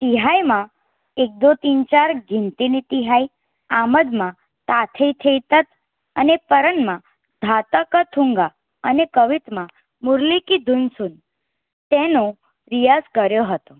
તિહાઈમાં એક દો તીન ચાર ગિનતીની તિહાઈ આમદમાં તા થૈ થૈ તત અને તરંગમાં ધા તક થું ના અને કવિતમાં મુરલી કી ધૂન સુન તેનો રિયાઝ કર્યો હતો